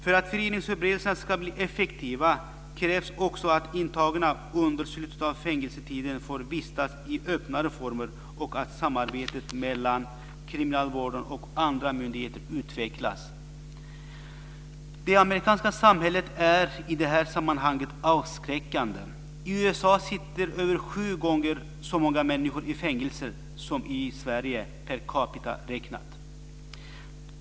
För att frigivningsförberedelserna ska bli effektiva krävs det också att intagna under slutet av fängelsetiden får vistas i öppnare former och att samarbetet mellan kriminalvården och andra myndigheter utvecklas. Det amerikanska samhället är i det här sammanhanget avskräckande. I USA sitter över sju gånger så många människor i fängelse som i Sverige per capita räknat.